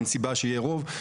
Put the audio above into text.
אין סיבה שיהיה רוב.